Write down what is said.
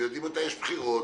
ומתי יש בחירות,